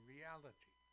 reality